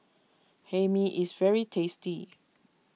Hae Mee is very tasty